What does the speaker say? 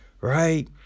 right